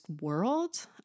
world